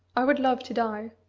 i would love to die.